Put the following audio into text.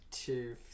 Two